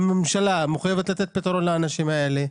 הממשלה מחויבת לתת פתרון לאנשים האלה,